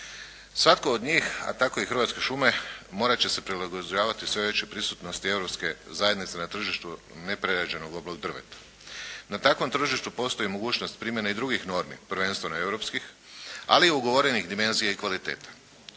Svatko od njih, a tako i Hrvatske šume morat će se prilagođavati sve većoj prisutnosti Europske zajednice na tržištu neprerađenog oblog drveta. Na takvom tržištu postoji mogućnost primjene i drugih normi prvenstveno europskih, ali i ugovorenih dimenzija i kvaliteta.